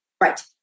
Right